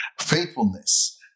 faithfulness